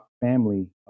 family